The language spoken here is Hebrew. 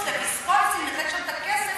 לוויסקונסין לתת את הכסף.